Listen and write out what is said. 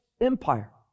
empire